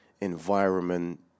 environment